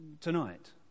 Tonight